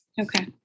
Okay